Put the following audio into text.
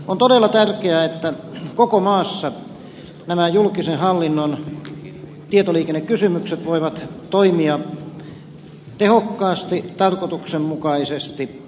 on todella tärkeää että koko maassa julkisen hallinnon tietoliikennekysymykset voivat toimia tehokkaasti ja tarkoituksenmukaisesti